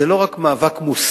זה לא רק מאבק מוסרי,